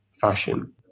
fashion